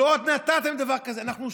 לא רק שלא נתתם דבר כזה, אנחנו 59,